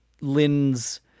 Lynn's